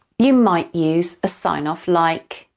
you might use a sign-off like